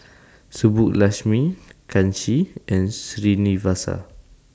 Subbulakshmi Kanshi and Srinivasa